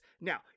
Now